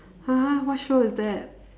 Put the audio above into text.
!huh! what show is that